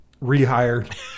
rehired